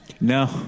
No